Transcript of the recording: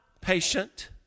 patient